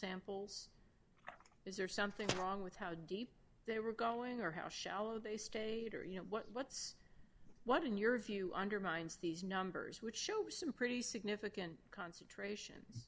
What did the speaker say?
samples is there something wrong with how deep they were going or how shallow they stayed or you know what's what in your view undermines these numbers which show some pretty significant concentration